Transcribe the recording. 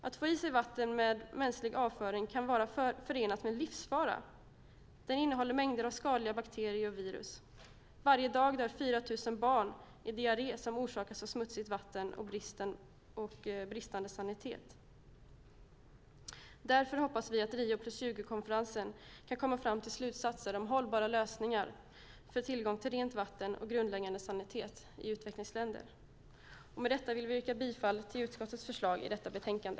Att få i sig vatten med mänsklig avföring kan vara förenat med livsfara. Det innehåller mängder av skadliga bakterier och virus. Varje dag dör 4 000 barn i diarré som orsakas av smutsigt vatten och bristande sanitet. Därför hoppas vi att Rio + 20-konferensen kan komma fram till slutsatser om hållbara lösningar för tillgång till rent vatten och grundläggande sanitet i utvecklingsländer. Med detta vill vi yrka bifall till utskottets förslag i detta betänkande.